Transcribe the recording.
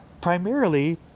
primarily